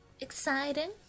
Exciting